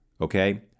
Okay